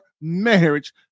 marriage